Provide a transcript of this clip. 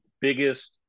biggest